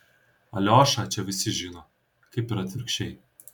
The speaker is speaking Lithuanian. aliošą čia visi žino kaip ir atvirkščiai